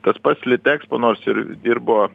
tas pats litekspo nors ir dirbo